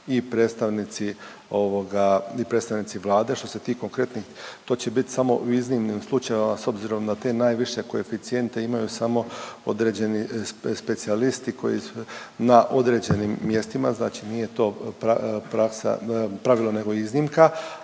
i predstavnici Vlade što se ti konkretnih to će bit samo u iznimnim slučajevima s obzirom na te najviše koeficijente imaju samo određeni specijalisti na određenim mjestima, znači nije to pravilo nego iznimka.